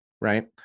right